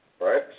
right